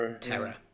terror